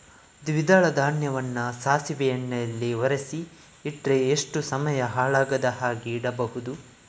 ದ್ವಿದಳ ಧಾನ್ಯವನ್ನ ಸಾಸಿವೆ ಎಣ್ಣೆಯಲ್ಲಿ ಒರಸಿ ಇಟ್ರೆ ಎಷ್ಟು ಸಮಯ ಹಾಳಾಗದ ಹಾಗೆ ಇಡಬಹುದು?